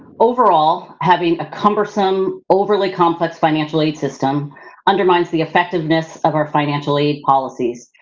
overall, having a cumbersome, overly complex, financial aid system undermines the effectiveness of our financial aid policies,